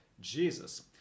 Jesus